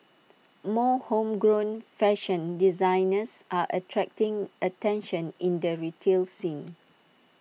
more homegrown fashion designers are attracting attention in the retail scene